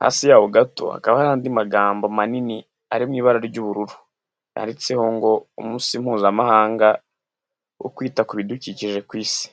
hasi yaho gato hakaba hari andi magambo manini ari mu ibara ry'ubururu, yanditseho ngo:" Umunsi mpuzamahanga wo kwita ku bidukikije ku isi."